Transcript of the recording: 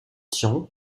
tian